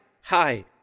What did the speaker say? hi